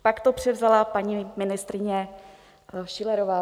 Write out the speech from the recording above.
Pak to převzala bývalá paní ministryně Schillerová.